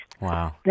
Wow